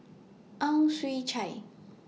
Ang Chwee Chai